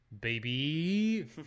baby